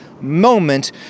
moment